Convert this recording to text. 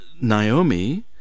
Naomi